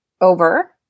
over